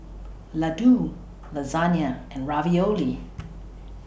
Ladoo Lasagna and Ravioli